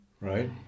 Right